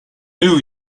new